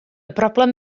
broblem